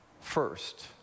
First